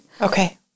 Okay